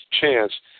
chance